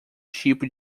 tipo